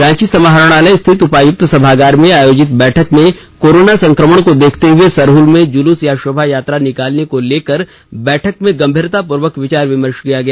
रांची समाहरणालय स्थित उपायुक्त सभागार में आयोजित बैठक में कोरोना संक्रमण को देखते हुए सरहल में जुलूस या शोभायात्रा निकालने को लेकर बैठक में गंभीरता पूर्वक विचार विमर्श किया गया